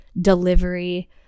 delivery